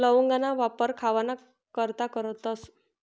लवंगना वापर खावाना करता करतस